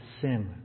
sin